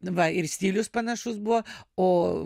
va ir stilius panašus buvo o